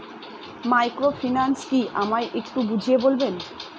Microfinance কি আমায় একটু বুঝিয়ে বলবেন?